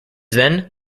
then